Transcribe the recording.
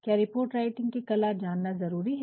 क्या report writing की कला जानना जरूरी है